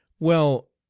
well,